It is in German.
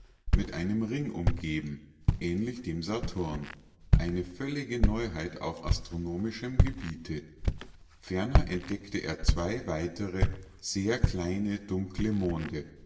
mit einem ring umgeben ähnlich dem saturn eine völlige neuheit auf astronomischem gebiete ferner entdeckte er zwei weitere sehr kleine dunkle monde